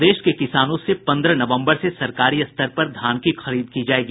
प्रदेश के किसानों से पन्द्रह नवम्बर से सरकारी स्तर पर धान की खरीद की जायेगी